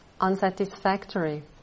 unsatisfactory